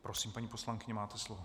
Prosím, paní poslankyně, máte slovo.